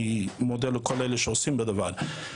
אני מודה לכל אלה שעוסקים בדבר.